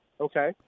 Okay